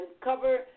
cover